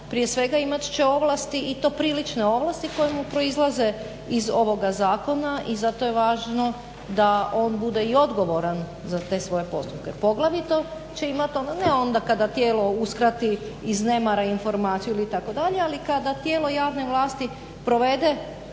Prije svega imat će ovlasti i to prilične ovlasti koje mu proizlaze iz ovoga zakona i zato je važno da on bude i odgovoran za te svoje postupke. Poglavito će imati, ne onda kada tijelo uskrati iz nemara informaciju itd. ali kada tijelo javne vlasti provede